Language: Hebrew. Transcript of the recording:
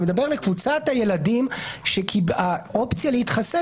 אני מדבר על קבוצת הילדים שהאופציה להתחסן